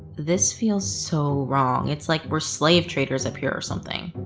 this feels so wrong. it's like we're slave traders up here or something.